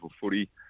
footy